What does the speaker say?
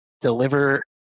deliver